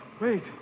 Wait